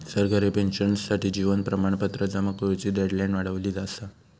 सरकारी पेंशनर्ससाठी जीवन प्रमाणपत्र जमा करुची डेडलाईन वाढवली असा